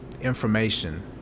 information